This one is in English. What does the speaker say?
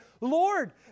Lord